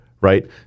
right